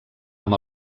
amb